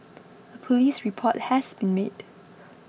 a police report has been made